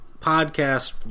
podcast